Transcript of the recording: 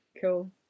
Cool